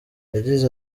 yagize